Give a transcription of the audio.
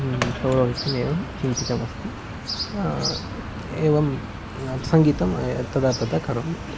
पौरोहित्यं एवम् चिन्तितम् अस्ति एवं सङ्गीतं तदा तदा करोमि